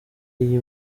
iyi